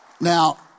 Now